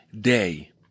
day